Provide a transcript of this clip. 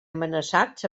amenaçats